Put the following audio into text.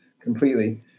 completely